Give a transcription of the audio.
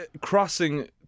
crossing